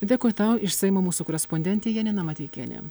dėkui tau iš seimo mūsų korespondentė janina mateikienė